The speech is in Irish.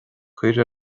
cuir